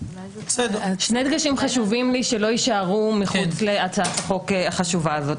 שני דגשים חשובים לי שלא יישארו מחוץ להצעת החוק החשובה הזאת.